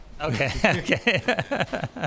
Okay